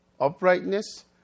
uprightness